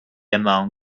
among